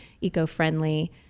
eco-friendly